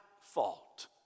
fault